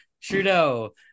Trudeau